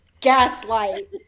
Gaslight